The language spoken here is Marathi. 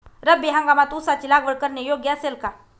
रब्बी हंगामात ऊसाची लागवड करणे योग्य असेल का?